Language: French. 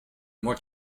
moi